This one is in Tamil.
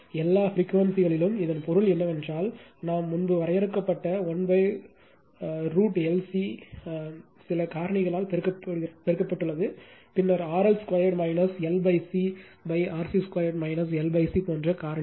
எல்லா பிரிக்வேன்சிகளும் இதன் பொருள் என்னவென்றால் நாம் முன்பு வரையறுக்கப்பட்ட 1 √L C சில காரணிகளால் பெருக்கப்பட்டுள்ளது பின்னர் RL 2 LC RC 2 LC போன்ற காரணி போன்றது